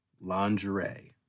lingerie